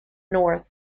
north